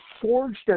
forged